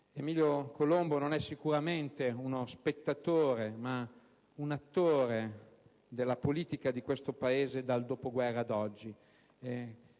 Emilio Colombo non è sicuramente uno spettatore, ma un attore della politica di questo Paese dal dopoguerra ad oggi.